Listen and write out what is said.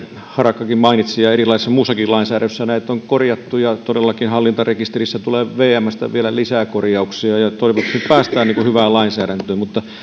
harakkakin mainitsi ja erilaisessa muussakin lainsäädännössä näitä on korjattu ja todellakin hallintarekisteriin tulee vmstä vielä lisää korjauksia ja toivottavasti päästään hyvään lainsäädäntöön